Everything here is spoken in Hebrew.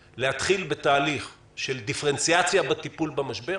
בתהליך של דיפרנציאציה בטיפול במשבר.